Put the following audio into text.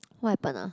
what happen ah